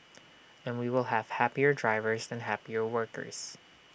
and we will have happier drivers and happier workers